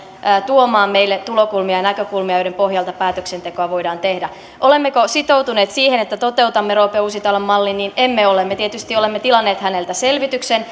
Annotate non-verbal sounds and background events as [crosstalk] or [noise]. tuomaan meille tulokulmia ja näkökulmia joiden pohjalta päätöksentekoa voidaan tehdä olemmeko sitoutuneet siihen että toteutamme roope uusitalon mallin emme ole me tietysti olemme tilanneet häneltä selvityksen [unintelligible]